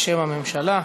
בשם הממשלה.